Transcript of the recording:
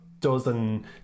dozen